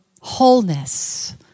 wholeness